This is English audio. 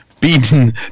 Beaten